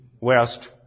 west